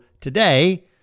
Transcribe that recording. today